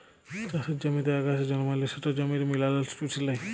চাষের জমিতে আগাছা জল্মালে সেট জমির মিলারেলস চুষে লেই